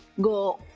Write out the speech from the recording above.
go